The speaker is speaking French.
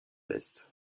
l’est